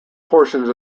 portions